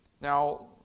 Now